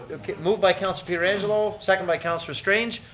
ah okay move by councillor pirangelo. second by councillor strange,